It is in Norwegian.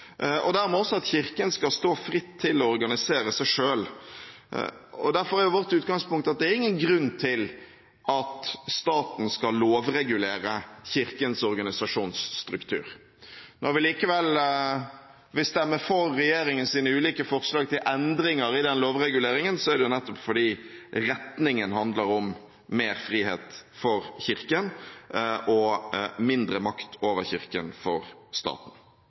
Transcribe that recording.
og dermed også at Kirken skal stå fritt til å organisere seg selv. Derfor er vårt utgangspunkt at det er ingen grunn til at staten skal lovregulere Kirkens organisasjonsstruktur. Når vi likevel vil stemme for regjeringens ulike forslag til endringer i den lovreguleringen, er det nettopp fordi retningen handler om mer frihet for Kirken og mindre makt over Kirken for staten.